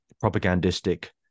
propagandistic